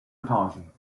apology